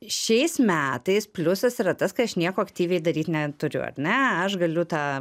šiais metais pliusas yra tas aš nieko aktyviai daryt neturiu ar ne aš galiu tą